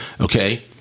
Okay